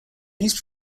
east